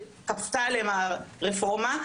שכפתה עליהם הרפורמה.